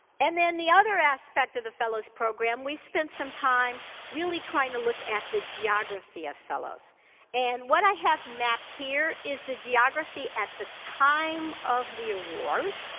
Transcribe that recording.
and then the other aspect of the fellows program, we spent some time really trying to look at the geography of fellows and what i have mapped here is the geography at the time of the award